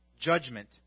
judgment